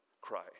cry